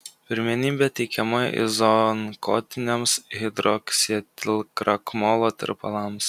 pirmenybė teikiama izoonkotiniams hidroksietilkrakmolo tirpalams